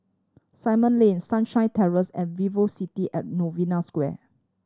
Simon Lane Sunshine Terrace and Velocity at Novena Square